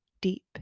deep